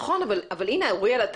אוריאל,